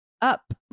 up